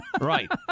Right